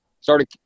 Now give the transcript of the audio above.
started